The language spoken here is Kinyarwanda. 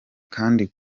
kandi